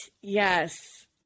Yes